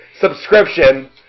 subscription